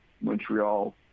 Montreal